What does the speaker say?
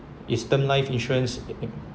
eastern life insurance